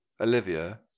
Olivia